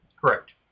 correct